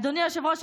אדוני היושב-ראש,